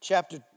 Chapter